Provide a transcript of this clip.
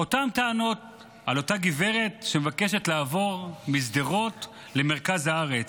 אותן טענות על אותה גברת שמבקשת לעבור משדרות למרכז הארץ,